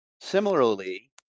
Similarly